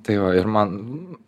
tai va ir man